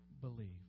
believe